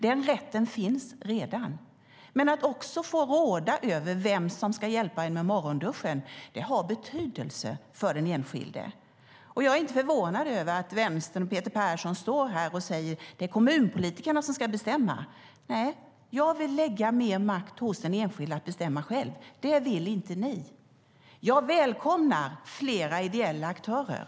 Den rätten finns redan. Men att få råda också över vem som ska hjälpa en med morgonduschen har betydelse för den enskilde. Jag är inte förvånad över att ni i Vänstern och Peter Persson står här och säger att det är kommunpolitikerna som ska bestämma. Nej, jag vill lägga mer makt hos den enskilde att själv bestämma. Det vill inte ni. Jag välkomnar fler ideella aktörer.